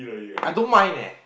I don't mind eh